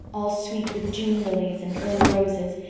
all sweet with june lilies and early roses,